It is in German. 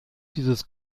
dieses